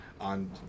on